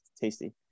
tasty